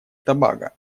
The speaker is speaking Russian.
тобаго